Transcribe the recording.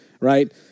Right